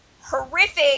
horrific